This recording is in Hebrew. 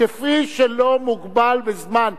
כפי שלא מוגבל בזמן,